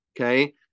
Okay